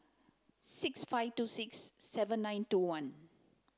six five two six seven nine two one